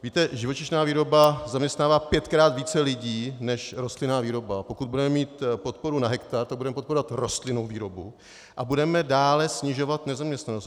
Víte, živočišná výroba zaměstnává pětkrát více lidí než rostlinná výroba, a pokud budeme mít podporu na hektar, tak budeme podporovat rostlinnou výrobu a budeme dále snižovat nezaměstnanost.